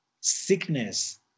sickness